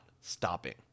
stopping